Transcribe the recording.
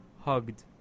Hugged